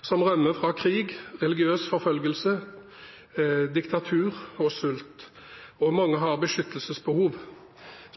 som rømmer fra krig, religiøs forfølgelse, diktatur og sult, og mange har beskyttelsesbehov.